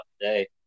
today